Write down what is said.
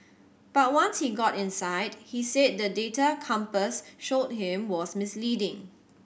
but once he got inside he said the data Compass showed him was misleading